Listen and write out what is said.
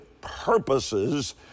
purposes